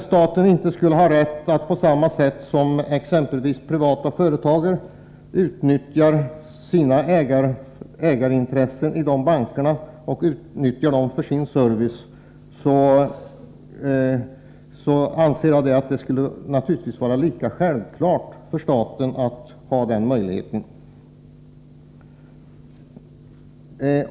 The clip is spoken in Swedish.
Det är självklart att staten skall ha samma möjlighet som de privata företagen har att för sin service utnyttja de banker där de har sina ägarintressen.